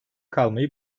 kalmayı